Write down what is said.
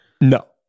No